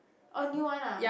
oh new one ah